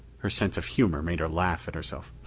her sense of humor made her laugh at herself.